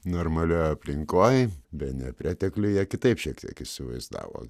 normalioj aplinkoj be nepretekliuje kitaip šiek tiek įsivaizdavo